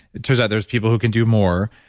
it turns out, there's people who can do more.